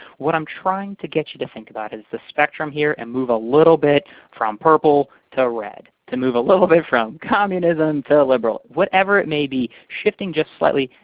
what i'm trying to get you to think about is the spectrum, here, and move a little bit from purple to red, to move a little bit from communism to liberal. whatever it may be, shifting just slightly,